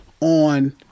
on